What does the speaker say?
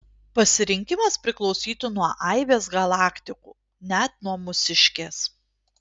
pasirinkimas priklausytų nuo aibės galaktikų net nuo mūsiškės